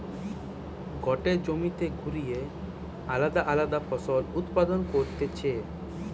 গটে জমিতে ঘুরিয়ে আলদা আলদা ফসল উৎপাদন করতিছে